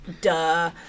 duh